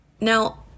Now